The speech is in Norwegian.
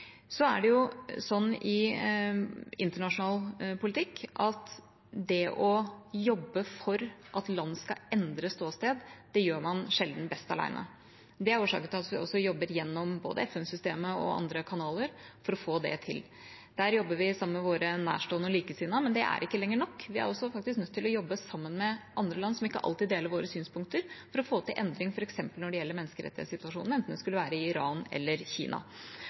Det er sånn i internasjonal politikk at det å jobbe for at land skal endre ståsted, gjør man sjelden best alene. Det er årsaken til at vi jobber gjennom både FN-systemet og andre kanaler for å få det til. Der jobber vi sammen med våre nærstående og likesinnede, men det er ikke lenger nok. Vi er faktisk også nødt til å jobbe sammen med andre land som ikke alltid deler våre synspunkter, for å få til endring f.eks. når det gjelder menneskerettighetssituasjonen, enten den skulle være i Iran eller Kina.